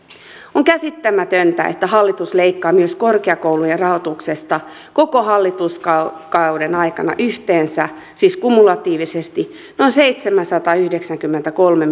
on käsittämätöntä että hallitus leikkaa myös korkeakoulujen rahoituksesta koko hallituskauden aikana yhteensä siis kumulatiivisesti noin seitsemänsataayhdeksänkymmentäkolme